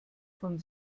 von